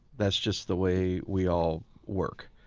that's just the way we all work.